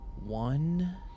one